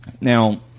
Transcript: Now